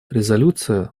резолюция